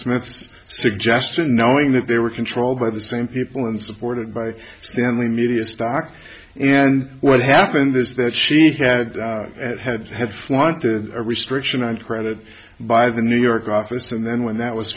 suggestion knowing that they were controlled by the same people and supported by stanley media stock and what happened is that she had and had had flight the restriction on credit by the new york office and then when that was